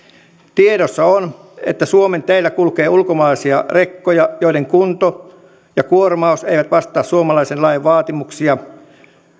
tiedossa on että suomen teillä kulkee ulkomaalaisia rekkoja joiden kunto ja kuormaus eivät vastaa suomalaisen lain vaatimuksia